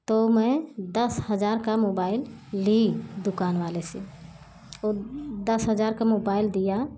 तो मैं दस हज़ार का मोबाइल ली दुकान वाले से और दस हज़ार का मोबाइल दिया